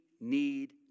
need